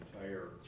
entire